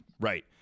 right